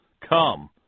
Come